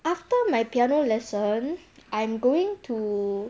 after my piano lesson I'm going to